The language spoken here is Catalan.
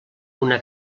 una